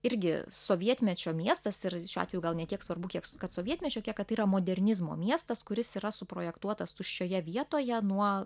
irgi sovietmečio miestas ir šiuo atveju gal ne tiek svarbu kiek kad sovietmečio kiek kad tai yra modernizmo miestas kuris yra suprojektuotas tuščioje vietoje nuo